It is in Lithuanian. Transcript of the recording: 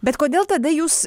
bet kodėl tada jūs